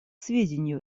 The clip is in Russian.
сведению